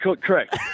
Correct